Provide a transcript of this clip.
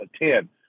attend